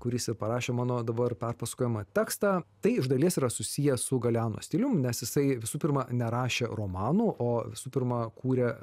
kuris ir parašė mano dabar perpasakojamą tekstą tai iš dalies yra susiję su galeano stilium nes jisai visų pirma nerašė romanų o visų pirma kūrė